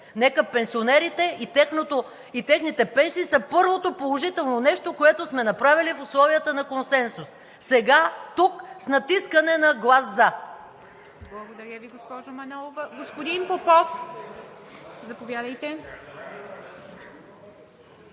нека пенсионерите и техните пенсии са първото положително нещо, което сме направили в условията на консенсус сега тук с натискане на глас за. ПРЕДСЕДАТЕЛ ИВА МИТЕВА: Благодаря Ви, госпожо Манолова. Господин Попов, заповядайте.